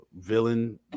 villain